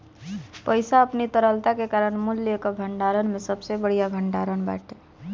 पईसा अपनी तरलता के कारण मूल्य कअ भंडारण में सबसे बढ़िया भण्डारण बाटे